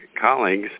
colleagues